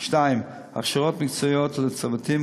2. הכשרות מקצועיות לצוותים,